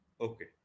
okay